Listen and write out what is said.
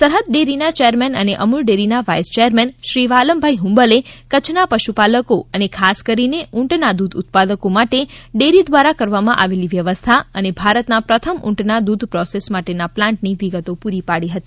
સરહદ ડેરીના ચેરમેન અને અમુલ ડેરીના વાઇસ ચેરમેન શ્રી વાલમભાઇ હુંબલે કચ્છના પશુપાલકો અને ખાસ કરીને ઊંટના દૂધ ઉત્પાદકો માટે ડેરી દ્વારા કરવામાં આવેલી વ્યવસ્થા અને ભારતના પ્રથમ ઊટના દૂધ પ્રોસેસ માટેના પ્લાન્ટની વિગતો પુરી પાડી હતી